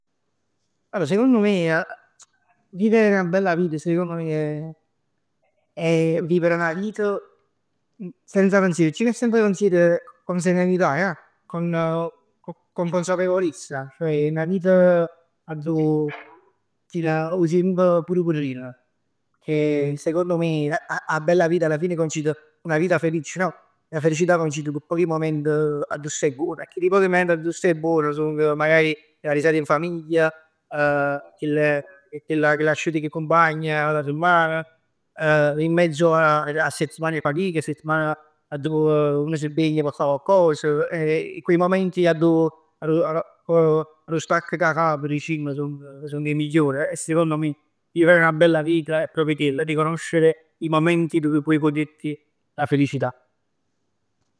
Allor secondo me, vivere 'na bella vita secondo me è, è vivere 'na vit senza pensieri. Chiù che senza pensieri, cu serenità ja. Con, con consapevolezza, ceh 'na vit, addò tien 'o tiemp pur p' rirere. Che secondo me 'a 'a 'a bella vita alla fine coincide una vita felice no? La felicità coincide cu pochi moment addo staj buon, a chilli pochi momenti addo stai buon, song magari 'a risata in famiglia, magari chell chell'asciut cu 'e cumpagn durante 'a semman. In mezzo a settimane 'e fatic, a settimane addò uno s'impegna p'fa coccos. E quei momenti addo erò stacchi cu 'a cap dicimm, so 'e miglior. E sicondo me vivere 'na bella vita è proprio chell. Riconoscere i momenti dove puoi goderti la felicità.